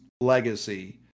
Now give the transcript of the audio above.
legacy